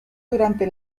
durante